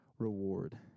reward